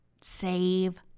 save